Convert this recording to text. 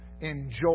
enjoy